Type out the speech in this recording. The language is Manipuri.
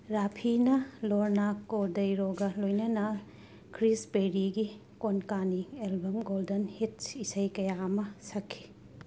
ꯔꯥꯐꯤꯅ ꯂꯣꯔꯅꯥ ꯀꯣꯔꯗꯩꯔꯣꯒ ꯂꯣꯏꯅꯅ ꯈ꯭ꯔꯤꯁ ꯄꯦꯔꯤꯒꯤ ꯀꯣꯟꯀꯥꯅꯤ ꯑꯜꯕꯝ ꯒꯣꯜꯗꯟ ꯍꯤꯠꯁ ꯏꯁꯩ ꯀꯌꯥ ꯑꯃ ꯁꯛꯈꯤ